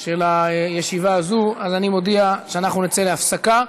של הישיבה הזאת, אז אני מודיע שאנחנו נצא להפסקה.